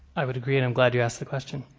i would agree. and i'm glad you asked the question.